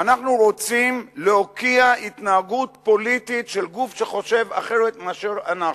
ואנחנו רוצים להוקיע התנהגות פוליטית של גוף שחושב אחרת מאשר אנחנו.